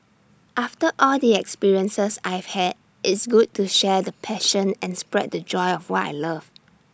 after all the experiences I've had it's good to share the passion and spread the joy of what I love